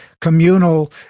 communal